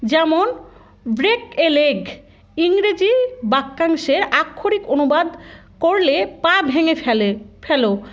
যেমন break a leg ইংরেজি বাক্যাংশের আক্ষরিক অনুবাদ করলে পা ভেঙে ফেলে ফেলো